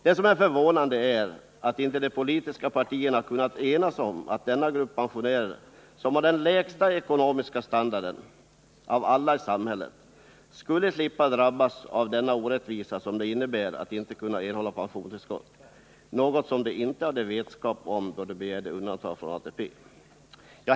Det är förvånande att de politiska partierna inte kunnat enas om att denna grupp pensionärer, som har den lägsta ekonomiska standarden av alla i samhället, skall slippa drabbas av den orättvisa som det innebär att inte kunna erhålla pensionstillskott — och som de inte hade vetskap om då de begärde undantagande från ATP.